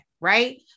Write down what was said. right